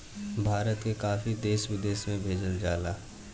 भारत के काफी देश विदेश में भेजल जाला